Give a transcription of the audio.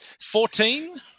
Fourteen